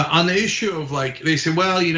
um the issue of, like they say, well, you know